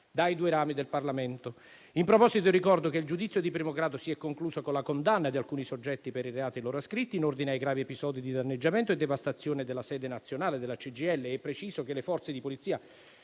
dai due rami del Parlamento. In proposito, ricordo che il giudizio di primo grado si è concluso con la condanna di alcuni soggetti per i reati loro ascritti in ordine ai gravi episodi di danneggiamento e devastazione della sede nazionale della CGIL; preciso che le forze di polizia